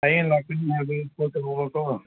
ꯍꯌꯦꯡ ꯂꯥꯛꯀꯅꯤ ꯍꯥꯏꯕꯗ ꯀꯣꯜ ꯇꯧꯋꯣꯕꯀꯣ